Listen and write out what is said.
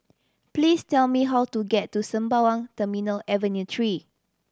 please tell me how to get to Sembawang Terminal Avenue Three